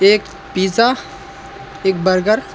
एक पिज्ज़ा एक बर्गर